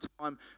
time